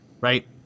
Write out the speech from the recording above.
right